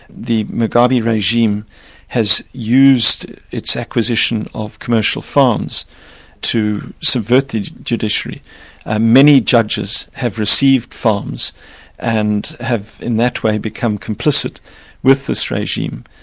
the mugabe regime has used its acquisition of commercial farms to subvert the judiciary and many judges have received farms and have in that way become complicit with this regime.